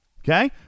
Okay